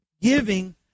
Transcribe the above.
giving